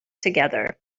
together